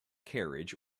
carriage